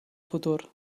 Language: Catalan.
futur